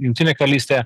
jungtinė karalystė